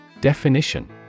Definition